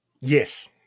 Yes